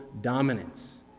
dominance